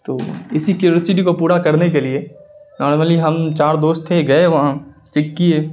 تو اسی کیورسٹی کو پورا کرنے کے لیے نارملی ہم چار دوست تھے گئے وہاں چیک کئے